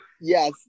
Yes